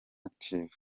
active